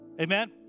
Amen